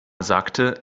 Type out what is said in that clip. sagte